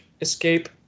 escape